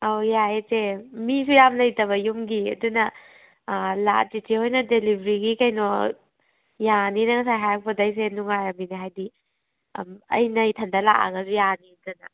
ꯑꯧ ꯌꯥꯏꯌꯦ ꯆꯦ ꯃꯤꯁꯨ ꯌꯥꯝ ꯂꯩꯇꯕ ꯌꯨꯝꯒꯤ ꯑꯗꯨꯅ ꯆꯦꯆꯦ ꯍꯣꯏꯅ ꯗꯦꯂꯤꯕ꯭ꯔꯤꯒꯤ ꯀꯩꯅꯣ ꯌꯥꯅꯤꯅ ꯉꯁꯥꯏ ꯍꯥꯏꯔꯛꯄꯗ ꯑꯩꯁꯦ ꯅꯨꯡꯉꯥꯏꯔꯝꯂꯤꯅꯦ ꯍꯥꯏꯗꯤ ꯎꯝ ꯑꯩꯅ ꯏꯊꯟꯗ ꯂꯥꯛꯂꯒꯁꯨ ꯌꯥꯔꯦꯗꯅ